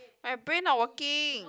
my brain not working